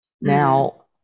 Now